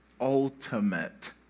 ultimate